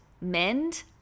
mend